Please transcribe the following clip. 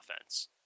offense